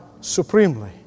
supremely